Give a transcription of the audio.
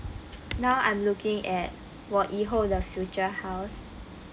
now I'm looking at 我以后的 future house